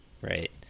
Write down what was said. right